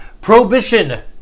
Prohibition